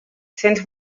cents